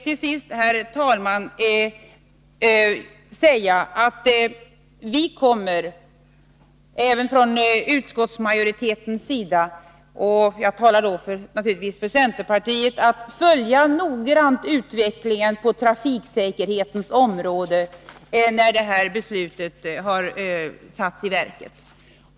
Till sist, herr talman, vill jag säga att vi även från utskottsmajoritetens sida — och jag talar då naturligtvis för centerpartiet — noggrant kommer att följa utvecklingen på trafiksäkerhetens område när det här beslutet har satts i kraft.